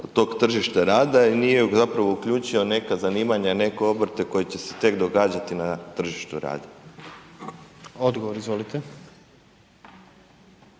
tog tržišta rada i nije zapravo uključio neka zanimanja, neke obrte koji će se tek događati na tržištu rada. **Jandroković,